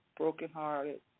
brokenhearted